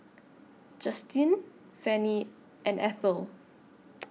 Justine Fannie and Ethyl